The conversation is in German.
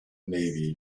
navy